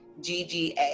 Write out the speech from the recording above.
GGA